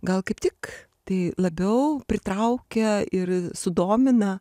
gal kaip tik tai labiau pritraukia ir sudomina